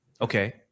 Okay